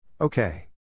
Okay